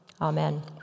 Amen